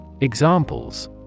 Examples